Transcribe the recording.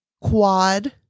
quad